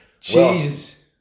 Jesus